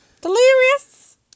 Delirious